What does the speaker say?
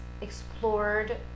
explored